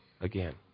again